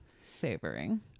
savoring